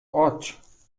oath